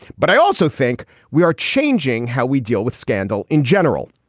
but i also think we are changing how we deal with scandal in general.